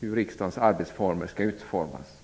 hur riksdagens arbetsformer skall utformas.